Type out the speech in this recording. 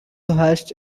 hoist